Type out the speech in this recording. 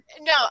No